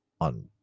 on